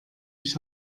ich